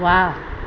वाह